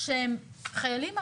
שהם חיילים ערביים,